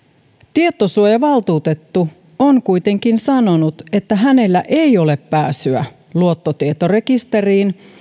tietosuojavaltuutettu on kuitenkin sanonut että hänellä ei ole pääsyä luottotietorekisteriin